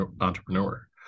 entrepreneur